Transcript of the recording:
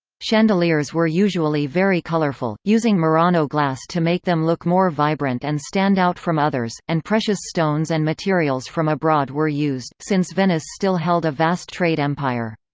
chandeliers were usually very colourful, using murano glass to make them look more vibrant and stand out from others, and precious stones and materials from abroad were used, since venice still held a vast trade empire.